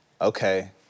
Okay